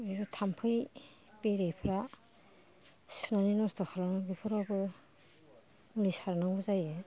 थामफै बेरेफ्रा सुनानै नसथ' खालामो बेफोरावबो मुलि सारनांगौ जायो